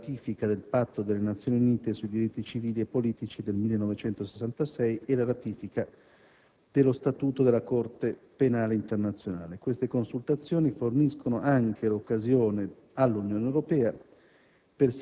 la ratifica del Patto delle Nazioni Unite sui diritti civili e politici del 1966 e la ratifica dello Statuto della Corte penale internazionale. Queste consultazioni forniscono anche l'occasione all'Unione Europea